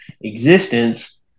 existence